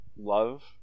love